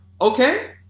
Okay